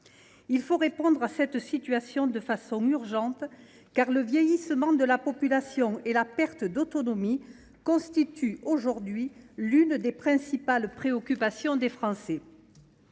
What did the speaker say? Il faut répondre à cette situation de toute urgence, car le vieillissement de la population et la perte d’autonomie constituent deux des principales préoccupations des Français.